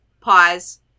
pause